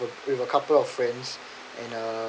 with a couple of friends and uh